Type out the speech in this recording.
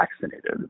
vaccinated